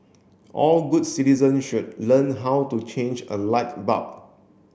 all good citizen should learn how to change a light bulb